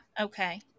Okay